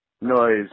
noise